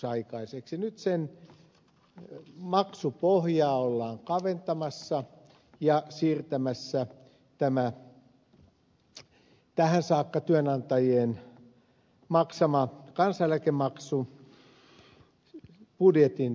nyt sen maksupohjaa ollaan kaventamassa ja siirtämässä tämä tähän saakka työnantajien maksama kansaneläkemaksu budjetin rasitteeksi